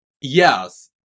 Yes